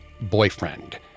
boyfriend